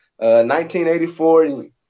1984